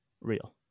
Real